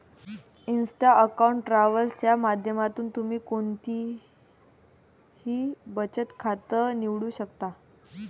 Insta account travel च्या माध्यमातून तुम्ही कोणतंही बचत खातं निवडू शकता